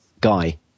Guy